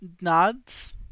Nods